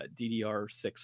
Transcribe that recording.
ddr6